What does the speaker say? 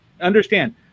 understand